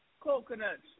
Coconuts